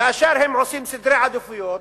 כאשר הם עושים סדרי עדיפויות,